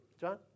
John